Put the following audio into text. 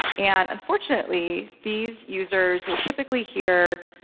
and unfortunately, these users will typically hear,